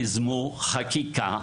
תיזמו חקיקה,